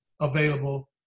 available